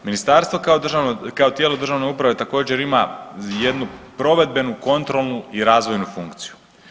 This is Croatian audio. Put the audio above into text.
Ministarstvo kao tijelo državne uprave također ima jednu provedbenu, kontrolnu i razvojnu funkciju.